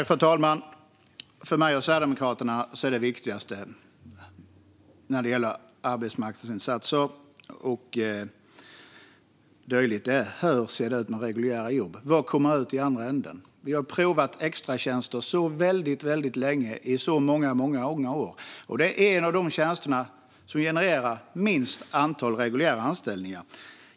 Fru talman! För mig och Sverigedemokraterna är det viktigaste när det gäller arbetsmarknadsinsatser och dylikt hur det ser ut med reguljära jobb. Vad kommer ut i andra ändan? Vi har provat extratjänster väldigt länge, i många år, och det är en av de åtgärder som genererar minst antal reguljära anställningar.